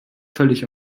völlig